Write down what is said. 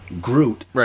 Groot